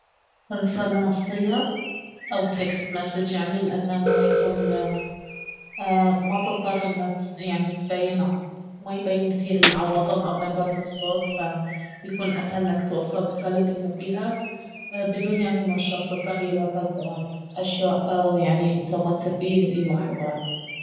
رسالة نصية او تكست مسج يعني لانه اهو يكون ما تضطر انه يعني تبين ما يبين فيها العواطف او نبرات الصوت فيكون اسهل انك توصل الرسالة الي تبيها بدون يعني ما الشخص الثاني يلاحظ أشياء يعني انت ما تبيه يلاحظها